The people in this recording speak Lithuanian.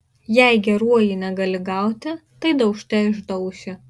jei geruoju negali gauti tai daužte išdauši